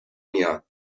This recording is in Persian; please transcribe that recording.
میان